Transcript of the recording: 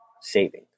Saving